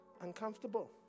uncomfortable